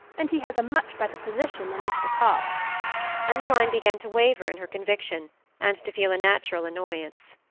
and he has a much better position than mr. cobb emmeline began to waver in her conviction and to feel a natural annoyance.